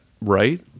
right